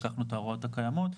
לקחנו את ההגדרות הקיימות.